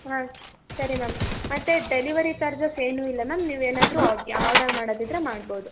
ಹಾಂ ಸರಿ ಮ್ಯಾಮ್ ಮತ್ತು ಡೆಲಿವರಿ ಚಾರ್ಜಸ್ ಏನೂ ಇಲ್ಲ ಮ್ಯಾಮ್ ನೀವು ಏನಾದರು ಆರ್ಡರ್ ಮಾಡೋದಿದ್ದರೆ ಮಾಡ್ಬೋದು